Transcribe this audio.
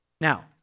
Now